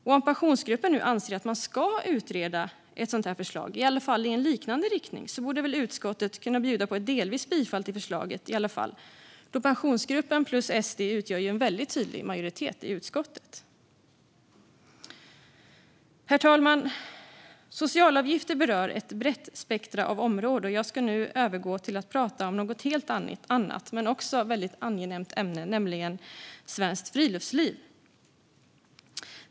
Om Pensionsgruppen nu anser att man ska utreda ett förslag i en liknande riktning borde väl utskottet i alla fall kunna bjuda på ett delvist bifall till förslaget - Pensionsgruppen plus SD utgör ju en väldigt tydlig majoritet i utskottet. Herr talman! Socialavgifter berör ett brett spektrum av områden. Jag ska nu övergå till att prata om ett helt annat men också väldigt angeläget ämne, nämligen svenskt friluftsliv.